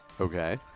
Okay